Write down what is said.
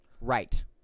Right